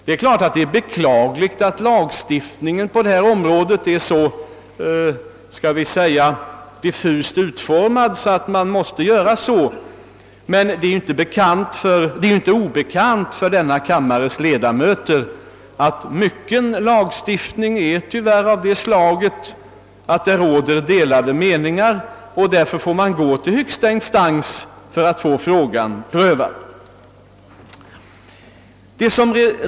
Det är beklagligt att lagstiftningen på detta område är så diffust utformad att man måste göra så, men det är ju inte obekant för denna kammares ledamöter att mycken lagstiftning tyvärr är av det slaget att det råder delade meningar på olika punkter; då får man gå till högsta instans för att få saken prövad.